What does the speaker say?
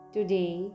Today